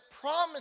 promise